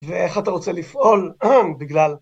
ואיך אתה רוצה לפעול בגלל.